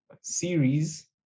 series